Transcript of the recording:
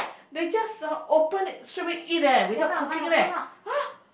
they just uh open straightaway eat leh without cooking leh !huh!